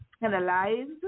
analyzed